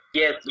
yes